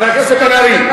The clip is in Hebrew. חבר הכנסת בן-ארי,